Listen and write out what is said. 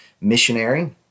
missionary